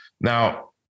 Now